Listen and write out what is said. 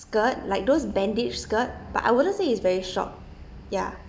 skirt like those bandage skirt but I wouldn't say it's very short ya